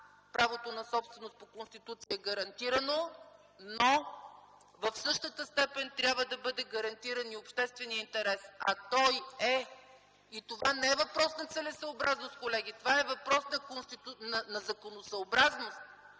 правото на собственост по Конституция е гарантирано, но в същата степен трябва да бъде гарантиран и общественият интерес. А той е - и това не е въпрос на целесъобразност, колеги, а това е въпрос на законосъобразност